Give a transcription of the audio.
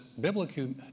biblical